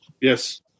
Yes